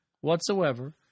whatsoever